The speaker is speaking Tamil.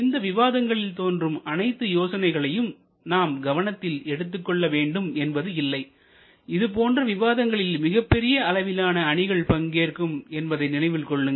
இந்த விவாதங்களில் தோன்றும் அனைத்து யோசனைகளையும் நாம் கவனத்தில் எடுத்துக் கொள்ள வேண்டும் என்பது இல்லை இது போன்ற விவாதங்களில் மிகப்பெரிய அளவிலான அணிகள் பங்கேற்கும் என்பதை நினைவில் கொள்ளுங்கள்